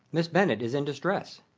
miss bennet is in distress.